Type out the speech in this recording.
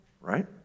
right